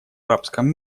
арабском